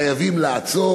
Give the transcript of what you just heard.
חייבים לעצור,